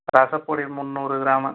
ரசப்பொடி முந்நூறு கிராமு